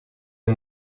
این